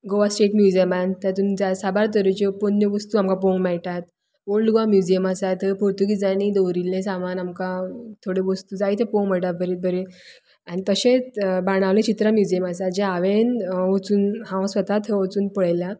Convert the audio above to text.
Goa state म्युजियमान तातूंत साबार तरेच्यो पोरण्यो वस्तू आमकां पळोवंक मेळटात ओल्ड गोवा म्युजियम आसात थंय पुर्तुगिजांनी दवरील्लें सामान आमकां थोडे वस्तू जायत्यो पळोवंक मेळटा बरे बरे आनी तशेंच बाणावले चित्रा म्युजियम आसात जे हांवें वचून हांव स्वता थंय वचून थंय पळयलां